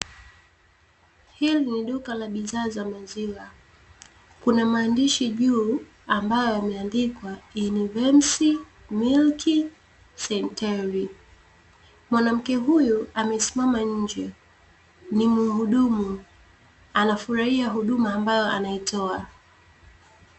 Hili ni duka la bidhaa za maziwa, kuna maandishi juu ambayo yameandikwa "INVEMS MILK CENTER", mwanamke huyu amesimama nje, ni muhudumu anafurahia huduma ambayo anaitoa.